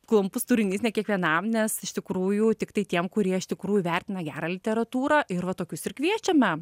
klampus turinys ne kiekvienam nes iš tikrųjų tiktai tiem kurie iš tikrųjų vertina gerą literatūrą ir va tokius ir kviečiame